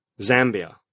Zambia